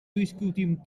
discutim